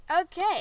Okay